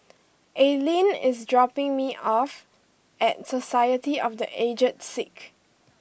Aylin is dropping me off at Society of the Aged Sick